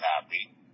happy